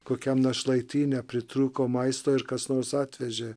kokiam našlaityne nepritrūko maisto ir kas nors atvežė